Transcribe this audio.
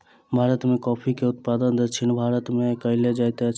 भारत में कॉफ़ी के उत्पादन दक्षिण भारत में कएल जाइत अछि